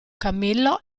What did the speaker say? camillo